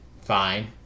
fine